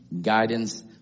guidance